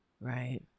Right